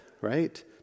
right